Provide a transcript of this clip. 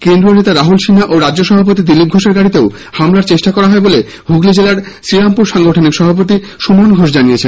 কেন্দ্রীয় নেতা রাহুল সিনহা রাজ্য সভাপতি দিলীপ ঘোষের গাড়িতেও হামলার চেষ্টা করা হয় বলে হুগলী জেলার শ্রীরামপুর সাংগঠনিক সভাপতি সুমন ঘোষ জানিয়েছেন